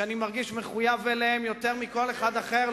שאני מרגיש מחויב אליהם יותר מכל אחד אחר,